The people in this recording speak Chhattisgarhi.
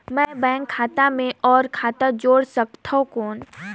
मैं बैंक खाता मे और खाता जोड़ सकथव कौन?